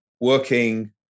working